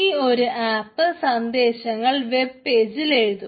ഈ ഒരു ആപ്പ് സന്ദേശങ്ങൾ വെബ് പേജിൽ എഴുതും